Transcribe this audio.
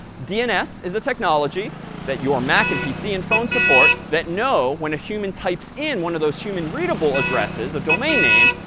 dns is a technology that your mac and pc and phone support that know when a human types in one of those human-readable addresses, a domain name,